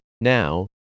Now